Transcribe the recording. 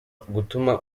gutuma